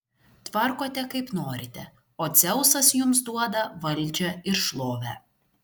tvarkote kaip norite o dzeusas jums duoda valdžią ir šlovę